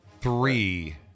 three